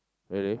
really